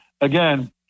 again